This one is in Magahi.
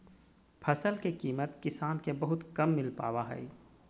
फसल के कीमत किसान के बहुत कम मिल पावा हइ